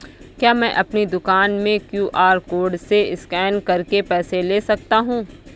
क्या मैं अपनी दुकान में क्यू.आर कोड से स्कैन करके पैसे ले सकता हूँ?